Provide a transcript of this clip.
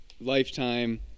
lifetime